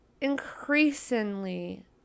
increasingly